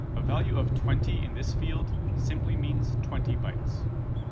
a value of twenty in this field simply means twenty bytes.